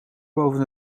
boven